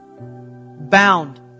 bound